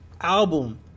album